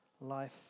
life